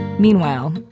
Meanwhile